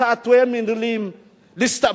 בתעתועי מלים להסתפק,